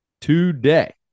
today